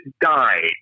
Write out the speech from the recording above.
died